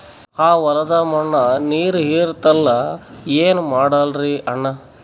ಆ ಹೊಲದ ಮಣ್ಣ ನೀರ್ ಹೀರಲ್ತು, ಏನ ಮಾಡಲಿರಿ ಅಣ್ಣಾ?